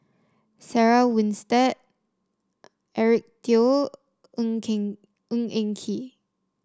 Sarah Winstedt Eric Teo Ng Ng Eng Kee